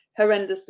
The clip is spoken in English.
horrendously